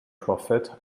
prophet